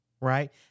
right